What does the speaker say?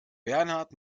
bernhard